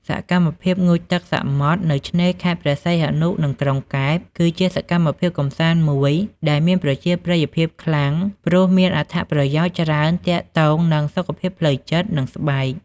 សកម្មភាពងូតទឹកសមុទ្រ នៅឆ្នេរខេត្តព្រះសីហនុ និងក្រុងកែប គឺជាសកម្មភាពកម្សាន្តមួយដែលមានប្រជាប្រិយភាពខ្លាំង ព្រោះមានអត្ថប្រយោជន៍ច្រើនទាក់ទង នឹងសុខភាពផ្លូវចិត្ត និងស្បែក។